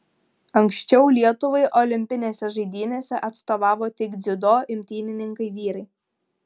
anksčiau lietuvai olimpinėse žaidynėse atstovavo tik dziudo imtynininkai vyrai